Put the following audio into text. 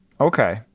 Okay